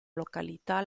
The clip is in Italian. località